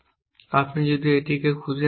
আপনি যদি এটি খুঁজে না পান